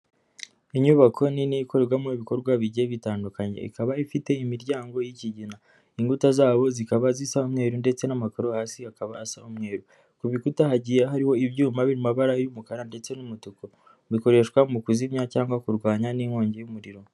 Inyubako nini ikoremo ibikorwa bigiye bitandukanye, ikaba ifite imiryango y'ikigina imbuto zabo zikaba zisa umweru ndetse n'amakaro yo hasi akaba asa umweru. Ku bikuta hagiye hariho ibyuma biri mu mabara y'umukara ndetse n'umutuku, bikoreshwa mu kuzimya cyangwa kurwanya n'inkongi y'umuriro.